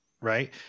right